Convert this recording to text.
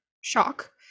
shock